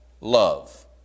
love